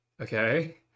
okay